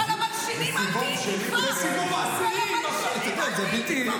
זה סיבוב עשירי, אתה יודע, זה בלתי.